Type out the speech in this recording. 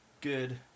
good